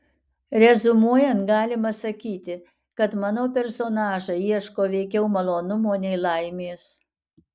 reziumuojant galima sakyti kad mano personažai ieško veikiau malonumo nei laimės